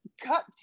Cut